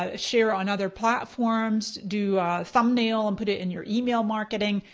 ah share on other platforms, do a thumbnail and put it in your email marketing.